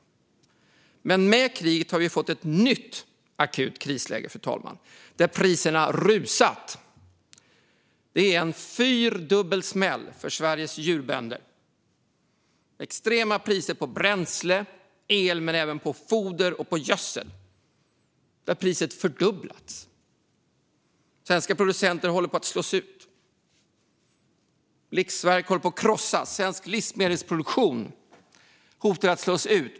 Med kriget har vi fått ett nytt akut krisläge, fru talman, där priserna har rusat. Det är en fyrdubbel smäll för Sveriges djurvänner. Det är extrema priser på bränsle och el samt även på foder och gödsel. Där har priset fördubblats. Svenska producenter håller på att slås ut. Livsverk håller på att krossas. Svensk livsmedelsproduktion hotar att slås ut.